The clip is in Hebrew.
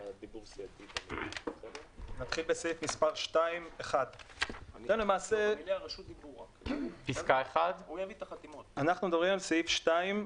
נתחיל בסעיף 2(1). אנחנו מדברים על סעיף 2,